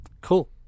cool